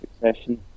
succession